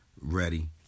ready